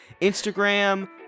instagram